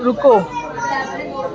رکو